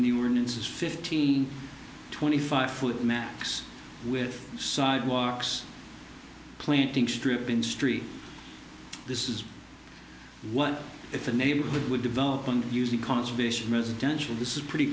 new orleans is fifteen twenty five foot maps with sidewalks planting strip industry this is what if a neighborhood would develop and use the conservation residential this is pretty